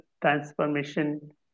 transformation